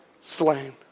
slain